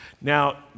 Now